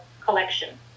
collection